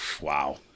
wow